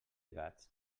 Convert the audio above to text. gats